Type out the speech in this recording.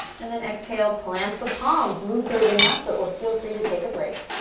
and then exhale, plant the palms. move through a vinyasa or feel free to take a break.